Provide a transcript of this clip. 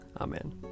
Amen